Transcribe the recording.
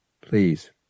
Please